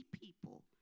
people